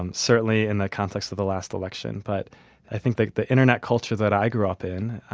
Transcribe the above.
and certainly in the context of the last election. but i think think the internet culture that i grew up in,